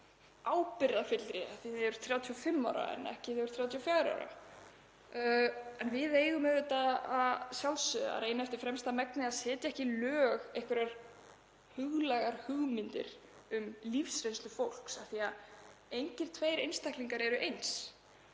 ábyrgðarfyllri þegar þú ert 35 ára heldur en 34 ára. Við eigum að sjálfsögðu að reyna eftir fremsta megni að setja ekki lög um einhverjar huglægar hugmyndir um lífsreynslu fólks af því að engir tveir einstaklingar eru eins